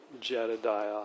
Jedediah